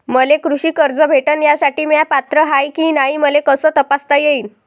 मले कृषी कर्ज भेटन यासाठी म्या पात्र हाय की नाय मले कस तपासता येईन?